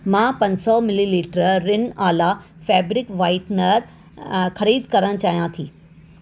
मां पंज सौ मिलीलीटर रिन आला फैब्रिक व्हाइटनर अ खरीदु करणु चाहियां थी